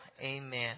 Amen